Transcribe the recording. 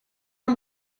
dem